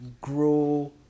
grow